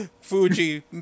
Fuji